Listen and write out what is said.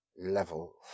level